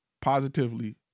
Positively